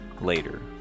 later